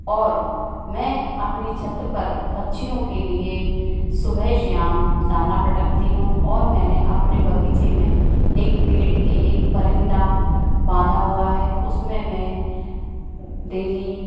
और मैं अपनी छत पर पक्षियों के लिए सुबह शाम दाना पटकती हूँ और मैंने अपने बगीचे में एक पेड़ के एक परिंदा बांधा हुआ है उसमें मैं डेली